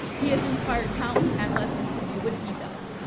he has inspired countless adolescents to do what he does,